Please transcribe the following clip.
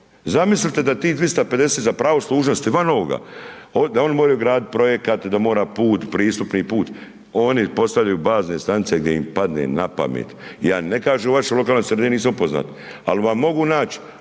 Zamislite da tih 250 za pravo služnosti van ovoga, da oni moraju gradit projekat, da mora put, pristupni put, oni postavljaju bazne stanice gdje im padne na pamet, ja ne kažem u vašoj lokalnoj sredini jel nisam upoznat, al vam mogu nać